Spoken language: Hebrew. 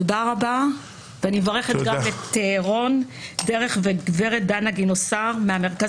אני מברכת גם את רון דרך ואת גברת דנה גנוסר מהמרכז